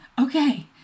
okay